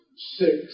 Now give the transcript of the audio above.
six